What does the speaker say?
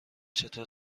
چطور